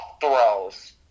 throws